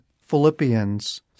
Philippians